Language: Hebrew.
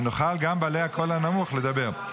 שנוכל גם בעלי הקול הנמוך לדבר.